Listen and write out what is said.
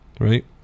right